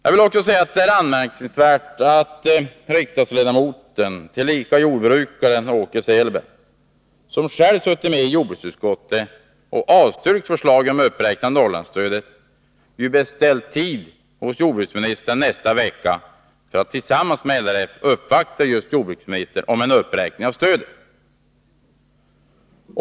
Anmärkningsvärt är också att riksdagsledamoten, tillika jordbrukaren, Åke Selberg, som suttit med i jordbruksutskottet och avstyrkt förslaget om uppräkning av Norrlandsstödet, har beställt tid hos jordbruksministern nästa vecka för att tillsammans med LRF uppvakta jordbruksministern och kräva en uppräkning av stödet.